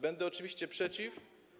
Będę oczywiście przeciw.